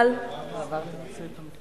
אבל, היא אמרה באיזה מחיר?